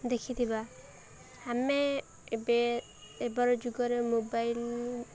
ଦେଖିଥିବା ଆମେ ଏବେ ଏବର ଯୁଗରେ ମୋବାଇଲ୍